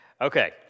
okay